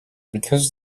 because